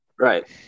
Right